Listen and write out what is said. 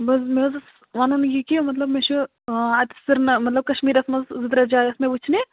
بہٕ حظ ٲسۍ مےٚ حظ اوس وَنُن یہِ کہِ مطلب مےٚ چھِ اَتہِ سِری مطلب کَشمیٖرَس منٛز زٕ ترٛےٚ جایہِ آسہٕ مےٚ وُچھنہِ